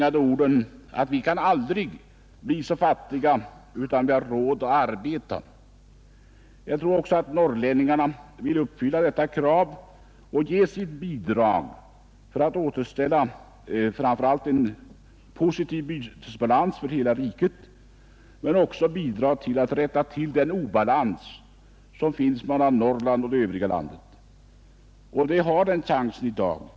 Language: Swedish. Han sade ”att vi aldrig kan bli så fattiga att vi inte har råd att arbeta”. Jag tror att norrlänningarna vill uppfylla detta krav och ge sitt bidrag för att framför allt återställa en positiv bytesbalans för hela riket men också för att rätta till den obalans som finns mellan Norrland och det övriga landet. Vi har den chansen i dag.